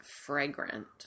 fragrant